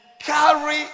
Carry